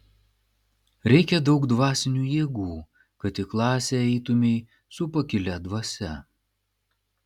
reikia daug dvasinių jėgų kad į klasę eitumei su pakilia dvasia